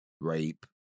rape